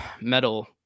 metal